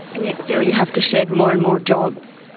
and yet still you have to shed more and more jobs.